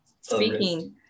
Speaking